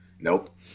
Nope